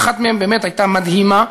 ואחת מהן באמת הייתה מדהימה,